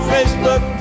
Facebook